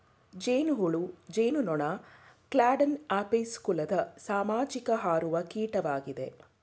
ಜೇನುಹುಳು ಜೇನುನೊಣ ಕ್ಲಾಡ್ನ ಅಪಿಸ್ ಕುಲದ ಸಾಮಾಜಿಕ ಹಾರುವ ಕೀಟವಾಗಿದೆ